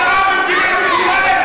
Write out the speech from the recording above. שרה במדינת ישראל.